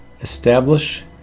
establish